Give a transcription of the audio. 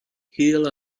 hill